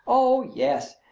oh, yes!